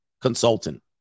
consultant